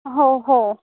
हो हो